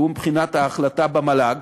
והוא מבחינת ההחלטה במל"ג,